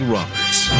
Roberts